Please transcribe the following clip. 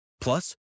Plus